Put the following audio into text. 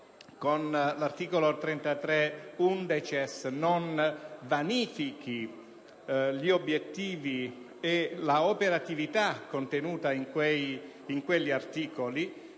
con l'articolo 33-*undecies* non vanifichi gli obiettivi e l'operatività contenuta in quegli articoli.